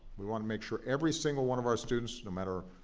we want to make sure every single one of our students no matter